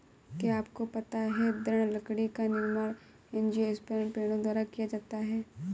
क्या आपको पता है दृढ़ लकड़ी का निर्माण एंजियोस्पर्म पेड़ों द्वारा किया जाता है?